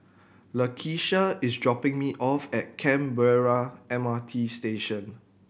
Lakisha is dropping me off at Canberra M R T Station